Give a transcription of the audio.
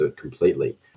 completely